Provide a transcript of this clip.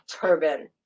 Turban